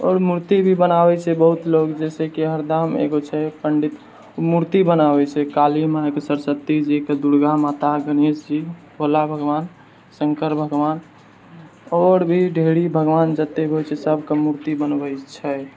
आओर मूर्ति भी बनाबै छै बहुत लोग जैसे कि हरदामे छै एगो पण्डित मूर्ति बनाबै छै काली माँके सरस्वती जीके दुर्गा माताके गणेश जी भोला भगवान शङ्कर भगवान आओर भी ढेरी भगवान जते भी होइ छै सब के मूर्ति बनबै छै